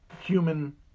human